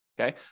Okay